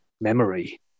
memory